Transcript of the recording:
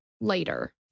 later